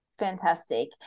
Fantastic